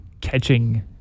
catching